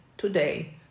Today